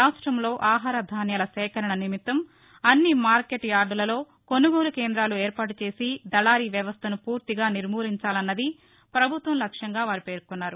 రాష్టంలో ఆహార ధాన్యాల సేకరణ నిమిత్తం అన్ని మార్కెట్ యార్దులలో కొనుగోలు కేందాలు ఏర్పాటు చేసి దళారీ వ్యవస్లను పూర్తిగా నిర్మూలించాలన్నది పభుత్వం లక్ష్యంగా వారు పేర్కొన్నారు